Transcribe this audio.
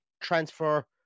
transfer